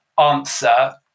answer